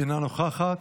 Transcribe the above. אינה נוכחת.